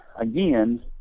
again